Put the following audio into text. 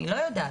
אני לא יודעת,